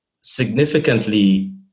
significantly